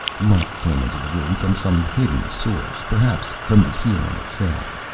light came into the room from some hidden source, perhaps from the ceiling itself.